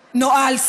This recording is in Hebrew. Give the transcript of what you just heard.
נואׇל.